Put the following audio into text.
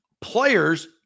players